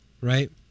Right